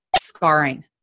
scarring